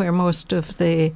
where most of the